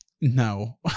No